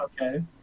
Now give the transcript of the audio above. Okay